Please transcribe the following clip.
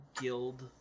guild